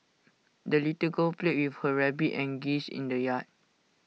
the little girl played with her rabbit and geese in the yard